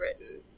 written